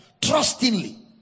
trustingly